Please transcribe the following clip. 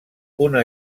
una